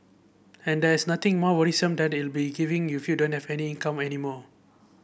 and there's nothing more worrisome than it being giving you feel don't have any income any more